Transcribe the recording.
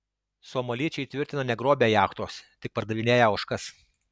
somaliečiai tvirtina negrobę jachtos tik pardavinėję ožkas